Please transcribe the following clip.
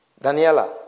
Daniela